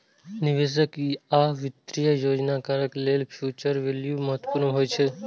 निवेशक आ वित्तीय योजनाकार लेल फ्यूचर वैल्यू महत्वपूर्ण होइ छै